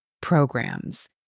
programs